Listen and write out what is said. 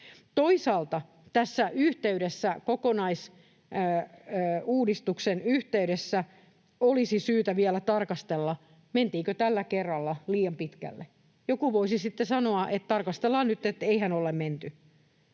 Toisaalta tässä kokonaisuudistuksen yhteydessä olisi syytä vielä tarkastella, mentiinkö tällä kerralla liian pitkälle. Joku voisi sitten sanoa, että tarkastellaan nyt ja että eihän olla menty,